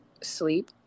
sleep